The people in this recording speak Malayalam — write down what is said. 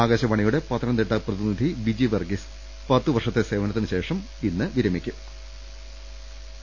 ആകാശ വാണിയുടെ പത്തനംതിട്ട പ്രതിനിധി ബിജി വർഗീസ് പത്തുവർഷത്തെ സേവ നത്തിന് ശേഷം വിരമിക്കുകയാണ്